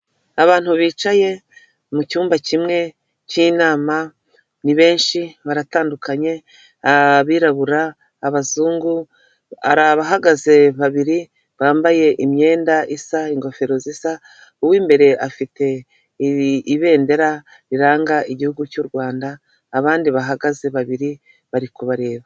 Abantu bicaye mu cyumba kimwe cy'inama ni benshi baratandukanye, abirabura abazungu abahagaze babiri bambaye imyenda isa, ingofero zisa, uw'imbereye afite, iri ibendera riranga igihugu cy'u Rwanda abandi bahagaze babiri bari kubareba.